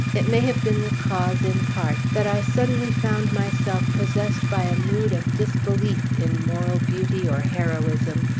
it may have been the cause, in part, that i suddenly found myself possessed by a mood of disbelief in moral beauty or heroism,